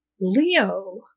Leo